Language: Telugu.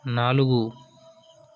నాలుగు